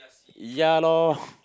ya loh